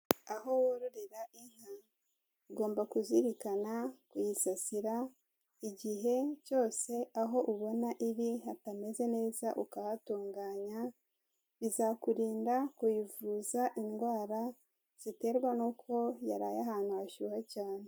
Aho wororera ugomba kuzirikana kuyisasira igihe cyose, aho ubona iri hatameze neza ukahatunganya, bizakurinda kuyivuza indwara ziterwa nuko yaraye ahantu hashyuha cyane.